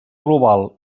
global